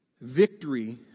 Victory